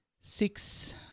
six